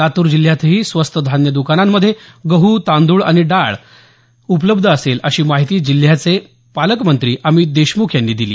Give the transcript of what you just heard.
लातूर जिल्ह्यातही स्वस्त धान्य दुकांनामध्ये गहू तांदूळ आणि डाळ उपलब्ध असेल अशी माहिती जिल्ह्याचे पालकमंत्री अमित देशमुख यांनी दिली